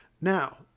Now